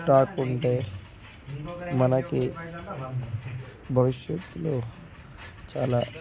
రాకుంటే మనకి భవిష్యత్తులో చాలా